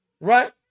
right